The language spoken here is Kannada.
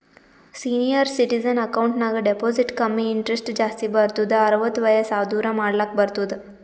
ಸೀನಿಯರ್ ಸಿಟಿಜನ್ ಅಕೌಂಟ್ ನಾಗ್ ಡೆಪೋಸಿಟ್ ಕಮ್ಮಿ ಇಂಟ್ರೆಸ್ಟ್ ಜಾಸ್ತಿ ಬರ್ತುದ್ ಅರ್ವತ್ತ್ ವಯಸ್ಸ್ ಆದೂರ್ ಮಾಡ್ಲಾಕ ಬರ್ತುದ್